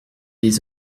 les